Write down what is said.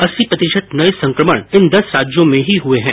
अस्सी प्रतिशत नये संक्रमण इन दस राज्यों में ही हुए हैं